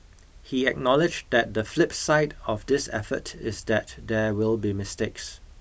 he acknowledged that the flip side of this effort is that there will be mistakes